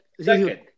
Second